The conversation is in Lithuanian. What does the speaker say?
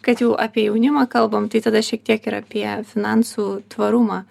kad jau apie jaunimą kalbam tai tada šiek tiek ir apie finansų tvarumą